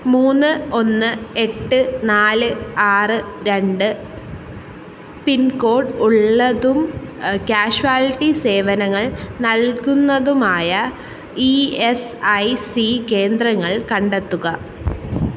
മൂന്ന് ഒന്ന് എട്ട് നാല് ആറ് രണ്ട് പിൻകോഡ് ഉള്ളതും കാഷ്വാലിറ്റി സേവനങ്ങൾ നൽകുന്നതുമായ ഇ എസ് ഐ സി കേന്ദ്രങ്ങൾ കണ്ടെത്തുക